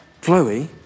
Chloe